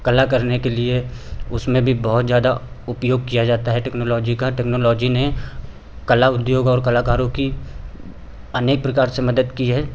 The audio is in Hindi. कला करने के लिए उसमें भी बहुत ज़्यादा उपयोग किया जाता है टेक्नोलॉजी का टेक्नोलॉजी ने कला उद्योग और कलाकारों की अनेक प्रकार से मदद की है